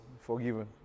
Forgiven